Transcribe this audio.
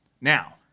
Now